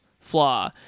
flaw